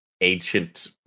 ancient